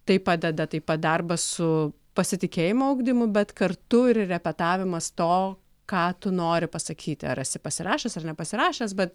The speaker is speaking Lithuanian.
tai padeda taip pat darbas su pasitikėjimo ugdymu bet kartu ir repetavimas to ką tu nori pasakyti ar esi pasirašęs ar nepasirašęs bet